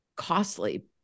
costly